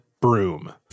broom